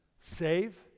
Save